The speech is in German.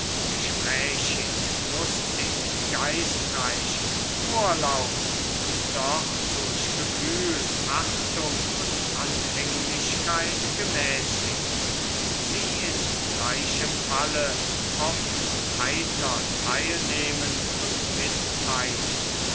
gesprächig lustig geistreich vorlaut und doch durch gefühl achtung und anhänglichkeit gemäßigt sie in gleichem falle offen heiter teilnehmend und mitteilend